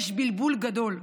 יש בלבול גדול,